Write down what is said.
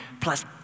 plus